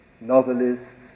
novelists